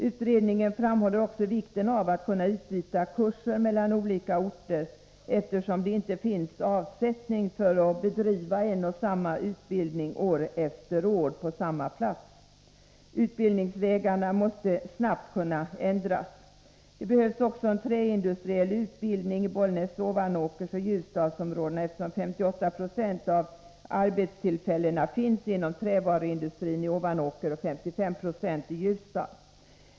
Utredningen framhåller också vikten av att man skall kunna utbyta kurser mellan olika orter, eftersom det inte finns avsättning för en och samma utbildning år efter år på samma plats. Utbildningsvägarna måste snabbt kunna ändras. Det behövs också en träindustriell utbildning i Bollnäs-Ovanåkersoch Ljusdalsområdena, eftersom 58 96 av arbetstillfällena finns inom trävaruindustrin i Ovanåker och 55 96 i Ljusdal.